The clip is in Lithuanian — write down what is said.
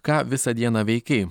ką visą dieną veikei